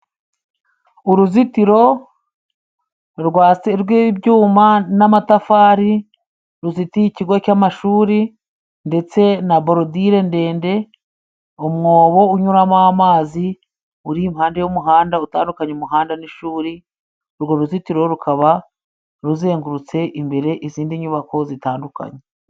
Uruzitiro rwa se rw'ibyuma n'amatafari ruzitiye ikigo cy'amashuri ndetse na borodile ndende, umwobo unyuramo amazi uri impande y'umuhanda utandukanya umuhanda n'ishuri, urwo ruzitiro rukaba ruzengurutse imbere izindi nyubako zitandukanye.